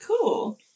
cool